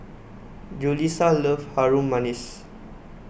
Julisa loves Harum Manis